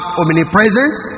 omnipresence